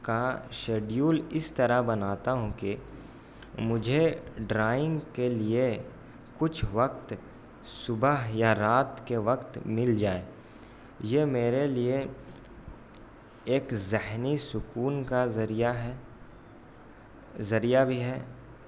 کا شیڈیول اس طرح بناتا ہوں کہ مجھے ڈرائنگ کے لیے کچھ وقت صبح یا رات کے وقت مل جائیں یہ میرے لیے ایک ذہنی سکون کا ذریعہ ہے ذریعہ بھی ہے